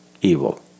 evil